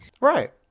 Right